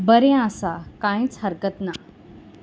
बरें आसा कांयच हरकत ना